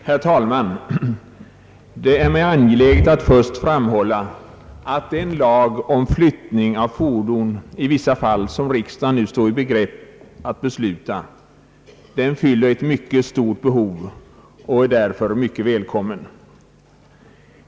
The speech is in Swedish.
Herr talman! Det är mig angeläget att först framhålla att den lag om flyttning av fordon i vissa fall som riksdagen nu står i begrepp att besluta fyller ett mycket stort behov och därför är mycket välkommen.